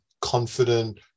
confident